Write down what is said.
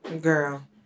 girl